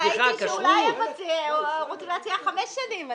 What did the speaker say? ראיתי שאולי הם רוצים להציע חמש שנים.